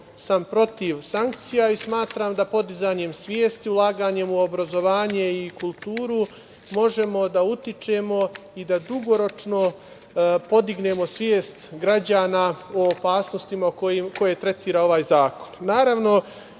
sam protiv sankcija i smatram da podizanjem svesti, ulaganjem u obrazovanje i kulturu možemo da utičemo i da dugoročno podignemo svest građana o opasnostima koje tretira ovaj zakon.